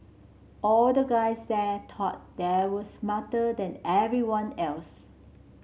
all the guys there thought they were smarter than everyone else